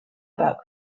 about